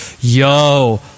yo